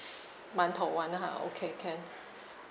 mantou [one] ha okay can